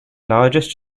largest